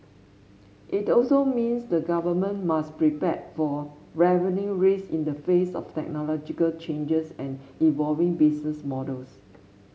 it also means the government must prepare for revenue risk in the face of technological changes and evolving business models